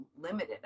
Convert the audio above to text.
limited